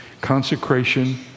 Consecration